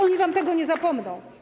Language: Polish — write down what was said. Oni wam tego nie zapomną.